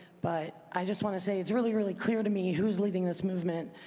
but i just want to say it's really, really clear to me who's leading this movement.